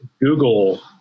Google